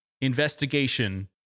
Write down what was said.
investigation